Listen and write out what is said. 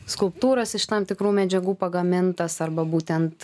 skulptūras iš tam tikrų medžiagų pagamintas arba būtent